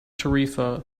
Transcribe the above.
tarifa